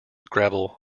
gravel